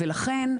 ולכן,